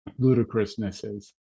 ludicrousnesses